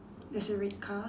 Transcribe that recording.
there's a red car